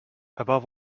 above